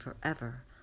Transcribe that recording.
forever